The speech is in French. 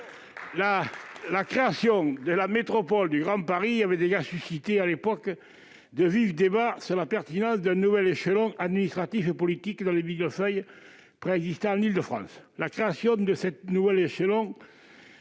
la création de la métropole du Grand Paris avait déjà suscité de vifs débats sur la pertinence d'un nouvel échelon administratif et politique dans le millefeuille préexistant en Île-de-France. « La création de ce nouvel échelon